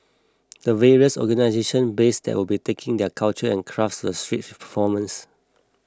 the various organisation based there will be taking their culture and crafts to the streets with performance